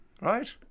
Right